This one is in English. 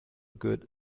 good